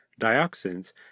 dioxins